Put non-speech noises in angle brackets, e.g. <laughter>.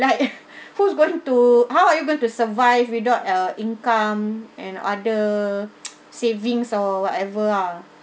right <noise> who's going to how are you going to survive without uh income and other <noise> savings or whatever ah